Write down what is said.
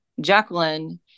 Jacqueline